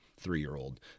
three-year-old